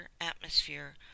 atmosphere